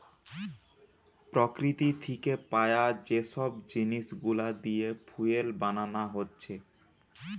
প্রকৃতি থিকে পায়া যে সব জিনিস গুলা দিয়ে ফুয়েল বানানা হচ্ছে